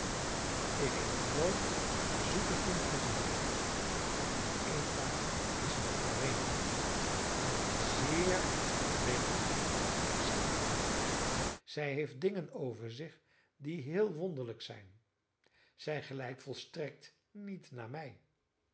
ik heb nooit zoeter kind gezien eva is een vreemd kind een zeer vreemd zeide de moeder zij heeft dingen over zich die heel wonderlijk zijn zij gelijkt volstrekt niet naar mij